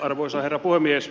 arvoisa herra puhemies